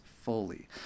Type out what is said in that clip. fully